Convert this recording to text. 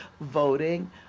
voting